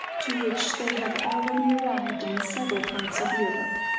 to which they have already arrived in several parts of europe.